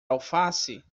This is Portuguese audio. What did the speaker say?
alface